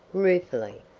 ruefully,